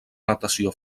natació